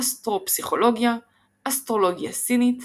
אסטרו פסיכולוגיה אסטרולוגיה סינית